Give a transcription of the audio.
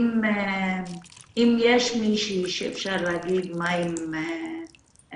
אם יש מישהי שאפשר להגיד מים שקטים